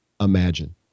imagine